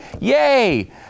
Yay